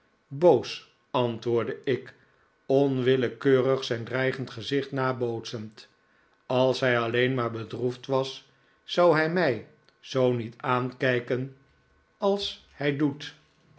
boos antwoordde ik onwillekeurig zijn dreigende gezicht nabootsend als hij alleen maar bedroefd was zou hij mij zoo niet aankijken als hij doet